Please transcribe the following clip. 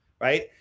right